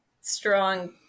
strong